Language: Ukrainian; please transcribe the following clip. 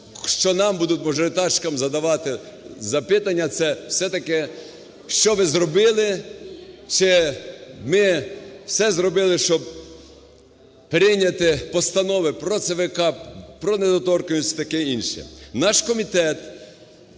що нам будуть, можоритарщикам, задавати запитання, це все-таки "що ви зробили", чи ми все зробили, щоб прийняти постанови про ЦВК, про недоторканність і таке інше. Наш комітет